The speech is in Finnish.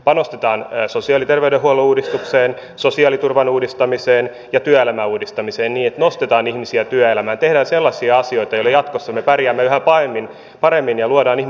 panostetaan sosiaali ja terveydenhuollon uudistukseen sosiaaliturvan uudistamiseen ja työelämän uudistamiseen niin että nostetaan ihmisiä työelämään tehdään sellaisia asioita joilla jatkossa me pärjäämme yhä paremmin ja luodaan ihmisille toivoa